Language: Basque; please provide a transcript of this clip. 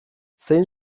zein